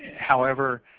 however,